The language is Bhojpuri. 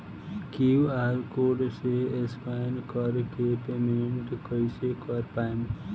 क्यू.आर कोड से स्कैन कर के पेमेंट कइसे कर पाएम?